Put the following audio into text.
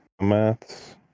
maths